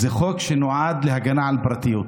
זה חוק שנועד להגנה על פרטיות.